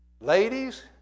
Ladies